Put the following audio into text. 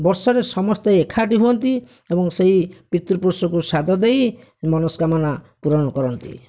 ବର୍ଷରେ ସମସ୍ତେ ଏକାଠି ହୁଅନ୍ତି ଏବଂ ସେହି ପିତୃପୁରୁଷଙ୍କୁ ଶ୍ରାଦ୍ଧ ଦେଇ ମନସ୍କାମନା ପୂରଣ କରନ୍ତି